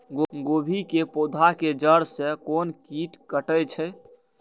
गोभी के पोधा के जड़ से कोन कीट कटे छे?